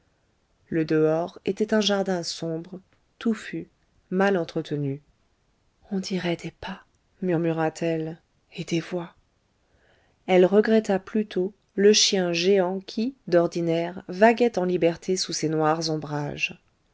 le dehors était un jardin sombre touffu mal entretenu on dirait des pas murmura-t-elle et des voix elle regretta pluto le chien géant qui d'ordinaire vaguait en liberté sous ces noirs ombrages